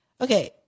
Okay